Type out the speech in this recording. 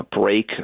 break